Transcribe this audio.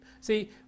See